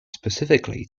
specifically